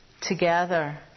together